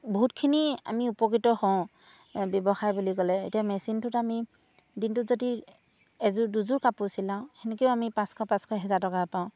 বহুতখিনি আমি উপকৃত হওঁ ব্যৱসায় বুলি ক'লে এতিয়া মেচিনটোত আমি দিনটোত যদি এযোৰ দুযোৰ কাপোৰ চিলাওঁ সেনেকৈও আমি পাঁচশ পাঁচশ এহেজাৰ টকা পাওঁ